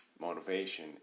motivation